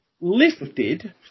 lifted